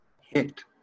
hit